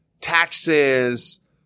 taxes